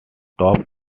top